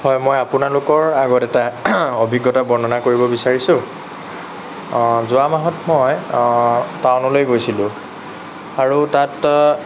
হয় মই আপোনালোকৰ আগত এটা অভিজ্ঞতা বৰ্ণনা কৰিব বিচাৰিছোঁ যোৱা মাহত মই টাউনলৈ গৈছিলোঁ আৰু তাত